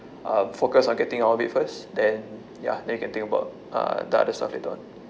um focus on getting out of it first then ya then you can think about uh the other stuff later on